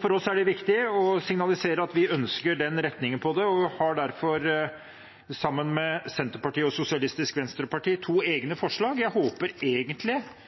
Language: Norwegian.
For oss er det viktig å signalisere at vi ønsker denne retningen på det. Vi har derfor sammen med Senterpartiet og Sosialistisk Venstreparti to egne forslag som jeg egentlig håper